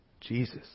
Jesus